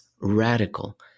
radical